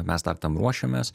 mes dar tam ruošiamės